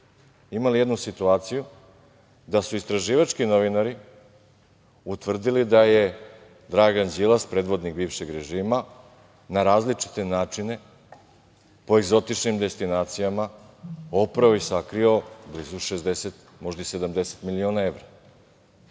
imali jednu situaciju da su istraživački novinari utvrdili da je Dragan Đilas, predvodnik bivšeg režima, na različite načine, po egzotičnim destinacijama upravo, sakrio blizu 60, možda i 70 miliona evra. Moram